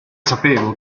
sapevo